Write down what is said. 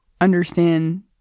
understand